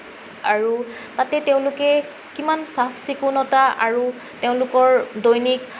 আৰু তাতে তেওঁলোকে কিমান চাফ চিকুণতা আৰু তেওঁলোকৰ দৈনিক